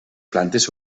plantes